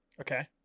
okay